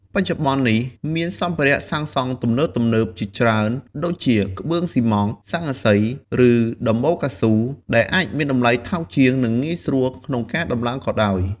បច្ចុប្បន្ននេះមានសម្ភារៈសាងសង់ទំនើបៗជាច្រើនដូចជា ក្បឿងស៊ីម៉ងត៍ ស័ង្កសី ឬដំបូលកៅស៊ូ ដែលអាចមានតម្លៃថោកជាង និងងាយស្រួលក្នុងការតម្លើងក៏ដោយ។